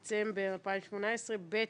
היום 10 בדצמבר 2018, ב'